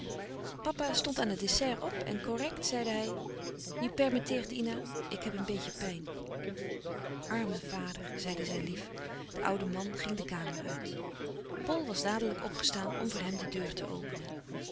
papa stond aan het dessert op en correct zeide hij je permetteert ina ik heb een beetje pijn arme vader zeide zij lief de oude man ging de kamer uit pol was dadelijk opgestaan om voor hem de deur te openen